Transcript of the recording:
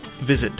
Visit